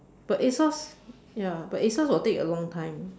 but A_S_O_S ya but A_S_O_S will take a long time